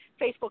Facebook